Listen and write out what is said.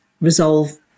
resolve